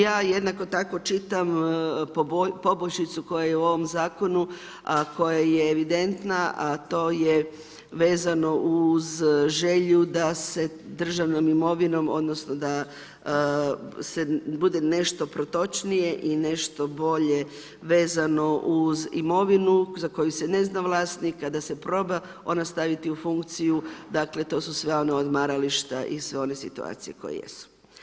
Ja jednako tako čitam poboljšicu koja je u ovom zakonu a koja je evidentna a to je vezano uz želju da se državnom imovinom odnosno da se bude nešto protočnije i nešto bolje vezano uz imovinu za koju se ne zna vlasnik a da se proba ona staviti u funkciju, dakle to su sve ona odmarališta i sve one situacije koje jesu.